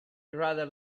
rather